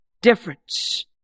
difference